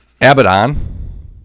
Abaddon